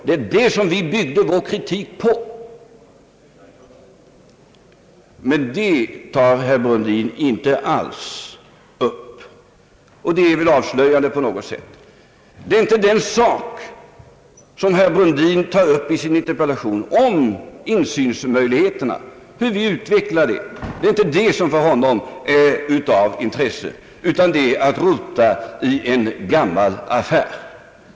Det är detta vi bygger vår kritik på, men det tar inte herr Brundin alls upp och det är väl på något sätt avslöjande. Insynsmöjligheterna är inte av intresse för honom utan det är att rota i en gammal affär.